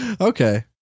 okay